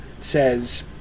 says